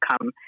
come